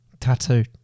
tattoo